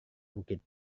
bukit